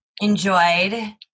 enjoyed